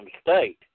state